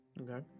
Okay